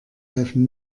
helfen